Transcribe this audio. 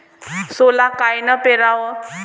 सोला कायनं पेराव?